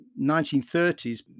1930s